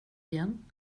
igen